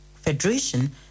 Federation